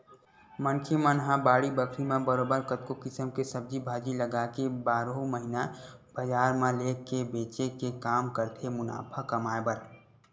मनखे मन ह बाड़ी बखरी म बरोबर कतको किसम के सब्जी भाजी लगाके बारहो महिना बजार म लेग के बेंचे के काम करथे मुनाफा कमाए बर